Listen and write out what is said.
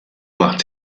macht